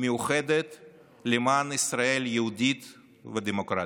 מאוחדת למען ישראל יהודית ודמוקרטית.